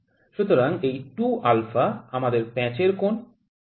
সুতরাং এই 2α আমাদের প্যাঁচের কোণ